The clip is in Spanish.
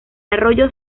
arroyo